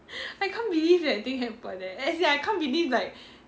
I can't believe that thing happened leh as in I can't believe like